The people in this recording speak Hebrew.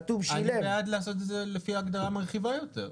אני בעד לעשות את זה לפי הגדרה מרחיבה יותר.